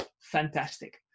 fantastic